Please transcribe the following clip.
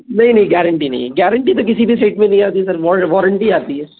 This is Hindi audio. नहीं नहीं गारंटी नहीं है गारंटी तो किसी भी सेट में न हीं आती सर वारंटी आती है